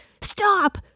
stop